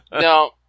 No